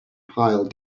pile